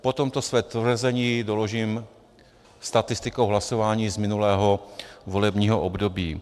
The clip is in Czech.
Potom své tvrzení doložím statistikou hlasování z minulého volebního období.